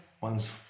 One's